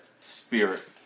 Spirit